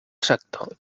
sector